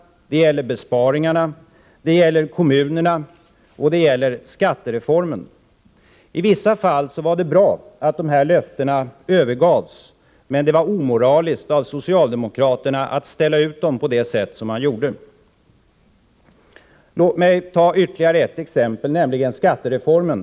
Det gäller besparingarna, det gäller kommunerna och det gäller skattereformen. I vissa fall var det bra att de här löftena övergavs, men det var omoraliskt av socialdemokraterna att ställa ut dem på det sätt som man gjorde. Låt mig ta ytterligare ett exempel, nämligen skattereformen.